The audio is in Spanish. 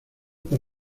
por